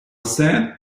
said